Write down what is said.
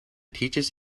teaches